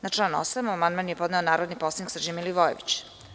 Na član 8. amandman je podneo narodni poslanik Srđan Milivojević.